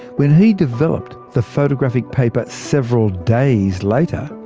when he developed the photographic paper several days later,